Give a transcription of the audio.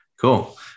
Cool